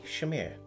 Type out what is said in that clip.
Shamir